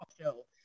Show